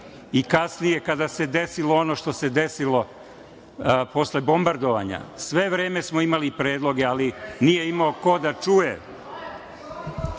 i kasnije kada se desilo ono što se desilo, posle bombardovanja, sve vreme smo imali predloge, ali nije imao ko da čuje. Što